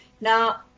Now